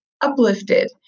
uplifted